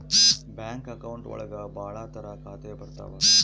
bank account ಒಳಗ ಭಾಳ ತರ ಖಾತೆ ಬರ್ತಾವ್